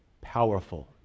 powerful